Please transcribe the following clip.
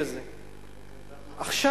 עכשיו